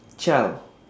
child